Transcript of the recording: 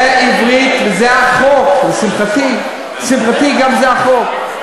זה עברית, וזה החוק, לשמחתי, זה החוק.